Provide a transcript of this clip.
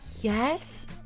Yes